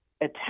attack